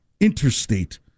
interstate